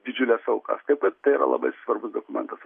didžiules aukas taip kad tai yra labai svarbus dokumentas